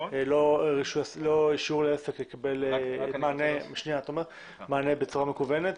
רישוי עסק לא יקבל מענה בצורה מקוונת.